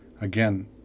Again